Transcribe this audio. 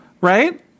Right